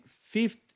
fifth